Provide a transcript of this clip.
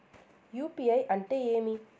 UPI అంటే ఏమి?